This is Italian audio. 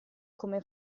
come